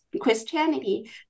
Christianity